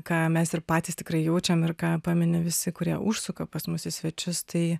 ką mes ir patys tikrai jaučiam ir ką pamini visi kurie užsuka pas mus į svečius tai